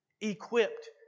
equipped